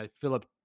Philip